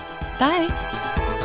bye